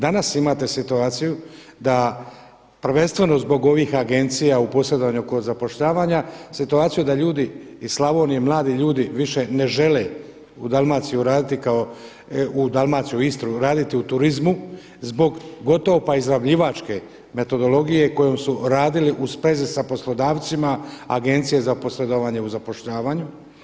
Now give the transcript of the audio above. Danas imate situaciju da prvenstveno zbog ovih agencija u posredovanju kod zapošljavanja, situaciju da ljudi iz Slavonije mladi ljudi više ne žele u Dalmaciji raditi kao, u Dalmaciji, u Istri raditi u turizmu zbog gotovo pa izrabljivačke metodologije kojom su radili u sprezi sa poslodavcima agencije za posredovanje u zapošljavanju.